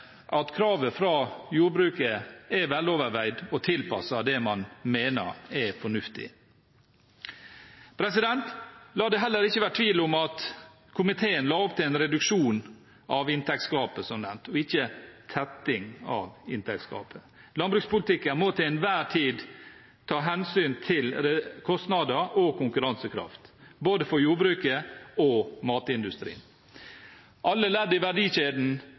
at kravet fra jordbruket er veloverveid og tilpasset det man mener er fornuftig. La det heller ikke være tvil om at komiteen la opp til en reduksjon av inntektsgapet, som nevnt, og ikke tetting av inntektsgapet. Landbrukspolitikken må til enhver tid ta hensyn til kostnader og konkurransekraft, både for jordbruket og for matindustrien. Alle ledd i verdikjeden